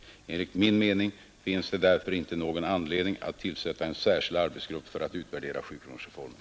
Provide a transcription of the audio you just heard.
Enligt min mening finns det därför inte någon anledning att tillsätta en särskild arbetsgrupp för att utvärdera sjukronorsreformen.